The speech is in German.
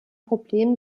problem